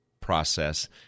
process